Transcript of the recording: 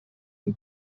amb